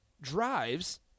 drives